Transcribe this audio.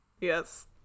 Yes